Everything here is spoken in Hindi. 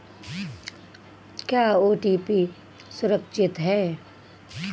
क्या ओ.टी.पी सुरक्षित है?